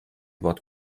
wort